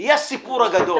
היא הסיפור הגדול.